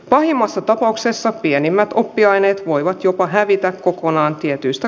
pahimmassa tapauksessa pienimmät oppiaineet voivat jopa hävitä kokonaan tietyistä